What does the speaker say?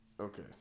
Okay